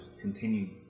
continue